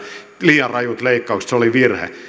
liian rajut leikkaukset olivat virhe